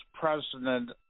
president